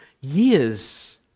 years